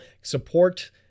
support